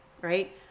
right